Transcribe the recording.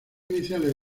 iniciales